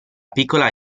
piccola